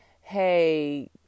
hey